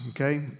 okay